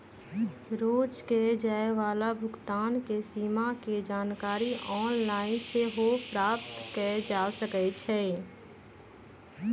रोज कये जाय वला भुगतान के सीमा के जानकारी ऑनलाइन सेहो प्राप्त कएल जा सकइ छै